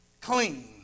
clean